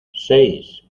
seis